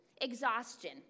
Exhaustion